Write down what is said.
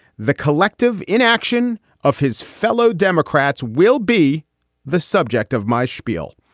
the collective inaction of his fellow democrats will be the subject of my spiel.